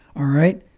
all right.